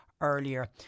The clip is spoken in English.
earlier